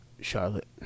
Charlotte